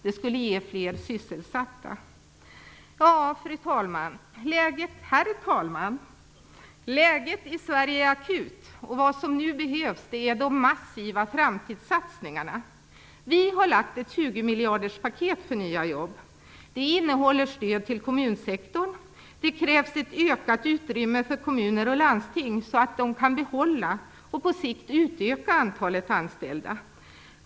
Det skulle ge fler sysselsatta. Herr talman! Läget i Sverige är akut, och vad som nu behövs är massiva framtidssatsningar. Vi har lagt fram ett 20-miljarderspaket för nya jobb. Det innehåller stöd till kommunsektorn. Det krävs ett ökat utrymme för kommuner och landsting, så att de kan behålla och på sikt utöka antalet anställda.